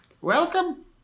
welcome